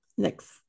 next